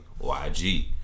YG